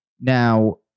Now